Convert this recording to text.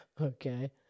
Okay